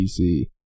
PC